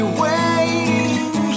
waiting